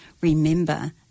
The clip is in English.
Remember